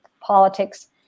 politics